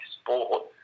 sport